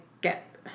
get